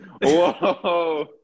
Whoa